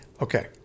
Okay